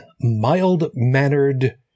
mild-mannered